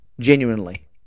Genuinely